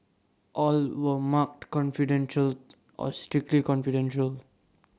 all were marked confidential or strictly confidential